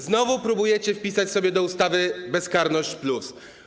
Znowu próbujecie wpisać sobie do ustawy ˝bezkarność+˝